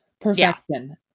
Perfection